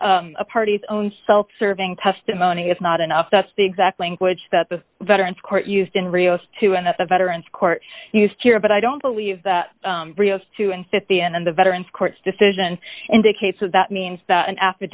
a party's own self serving testimony is not enough that's the exact language that the veterans court used in rio's two and at the veterans court used here but i don't believe that two and fifty and the veterans court's decision indicates that that means that an a